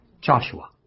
Joshua